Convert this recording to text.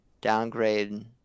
downgrade